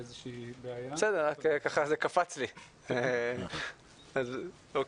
אוקיי.